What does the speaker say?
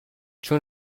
چون